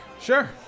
sure